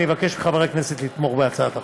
אני אבקש מחברי הכנסת לתמוך בהצעת החוק.